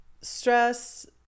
stress